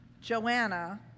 Joanna